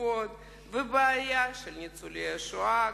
התרופות והבעיה של ניצולי השואה.